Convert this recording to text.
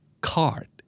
Card